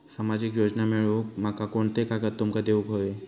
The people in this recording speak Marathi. सामाजिक योजना मिलवूक माका कोनते कागद तुमका देऊक व्हये?